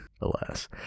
alas